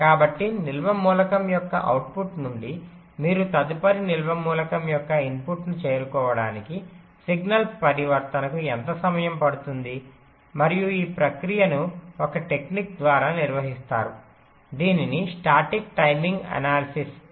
కాబట్టి నిల్వ మూలకం యొక్క అవుట్పుట్ నుండి మీరు తదుపరి నిల్వ మూలకం యొక్క ఇన్పుట్ను చేరుకోవడానికి సిగ్నల్ పరివర్తనకు ఎంత సమయం పడుతుంది మరియు ఈ ప్రక్రియను ఒక టెక్నిక్ ద్వారా నిర్వహిస్తారు దీనిని స్టాటిక్ టైమింగ్ అనాలిసిస్ అంటారు